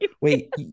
Wait